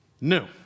No